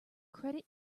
credit